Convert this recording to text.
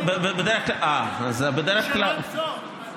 שלא ימסור.